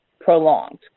prolonged